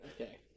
Okay